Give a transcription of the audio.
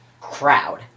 crowd